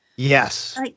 Yes